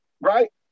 right